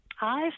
Hi